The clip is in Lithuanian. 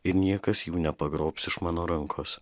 ir niekas jų nepagrobs iš mano rankos